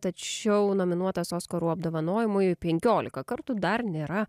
tačiau nominuotas oskaro apdovanojimui penkiolika kartų dar nėra